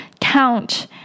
count